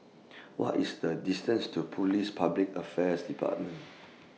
What IS The distance to Police Public Affairs department